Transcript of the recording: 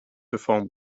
perform